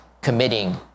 committing